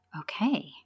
Okay